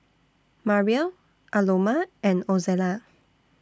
Mariel Aloma and Ozella